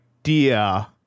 idea